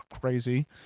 crazy